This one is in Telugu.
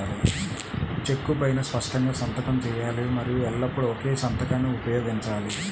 చెక్కు పైనా స్పష్టంగా సంతకం చేయాలి మరియు ఎల్లప్పుడూ ఒకే సంతకాన్ని ఉపయోగించాలి